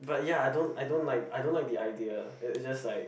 but ya I don't I don't like I don't like the idea it is just like